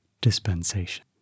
dispensation